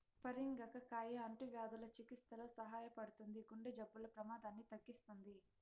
పరింగర కాయ అంటువ్యాధుల చికిత్సలో సహాయపడుతుంది, గుండె జబ్బుల ప్రమాదాన్ని తగ్గిస్తుంది